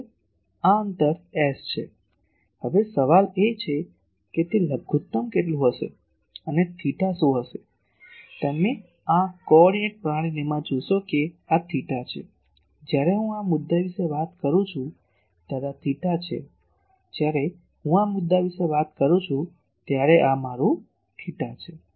આ અંતર S છે હવે સવાલ એ છે કે તે લઘુત્તમ શું હશે અને થેટા શું છે તમે આ કો ઓર્ડીનેટ પ્રણાલીમાં જોશો કે આ થેટા છે જ્યારે હું આ મુદ્દા વિશે વાત કરું છું ત્યારે આ થિટા છે જ્યારે હું આ મુદ્દા વિશે વાત કરું છું ત્યારે તે મારૂ થેટા છે